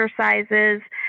exercises